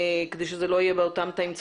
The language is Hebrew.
כדי שזה לא יהיה באותם תאים צפופים?